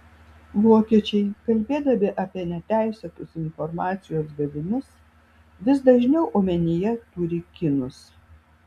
vokiečiai kalbėdami apie neteisėtus informacijos gavimus vis dažniau omenyje turi kinus